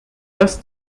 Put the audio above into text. dass